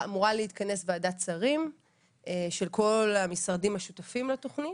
אמורה להתכנס וועדת שרים של כל המשרדים השותפים לתוכנית,